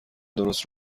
درست